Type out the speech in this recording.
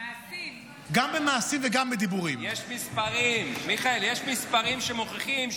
מתייאש, ואז הוא מוותר על התהליך הזה.